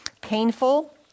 painful